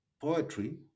poetry